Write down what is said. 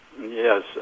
Yes